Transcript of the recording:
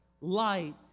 light